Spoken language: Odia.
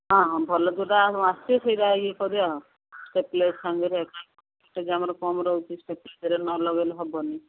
ହଁ ହଁ ଭଲ ଯେଉଁଟା ଆସୁଛି ସେଇଟା ଇଏ କରିବା ଷ୍ଟେବ୍ଲେ ସାଙ୍ଗରେ ଆମର କମ୍ ରହୁଚି ଷ୍ଟେବ୍ଲେଜର୍ ନ ଲଗାଇଲେ ହେବନି